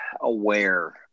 aware